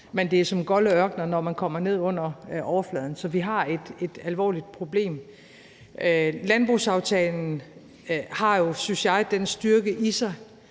men de er som golde ørkener, når man kommer ned under overfladen. Så vi har et alvorligt problem. Landbrugsaftalen har jo, synes jeg, den styrke i sig,